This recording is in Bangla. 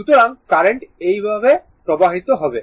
সুতরাং কারেন্ট এইভাবে প্রবাহিত হবে